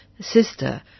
sister